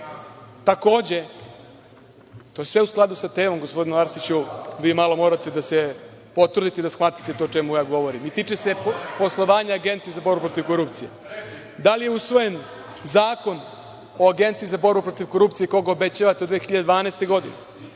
temom.)Takođe, to je sve u skladu sa temom, gospodine Arsiću, vi morate malo da se potrudite i da shvatite to o čemu ja govorim, i tiče se poslovanja Agencije za borbu protiv korupcije. Da li je usvojen zakon o Agenciji za borbu protiv korupcije, koji obećavate od 2012. godine? Da